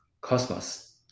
Cosmos